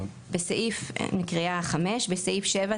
אני מקריאה 5. בסעיף 7,